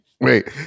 wait